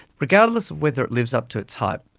regardless of whether it lives up to its hype,